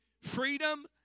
Freedom